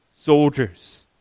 soldiers